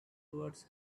towards